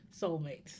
soulmates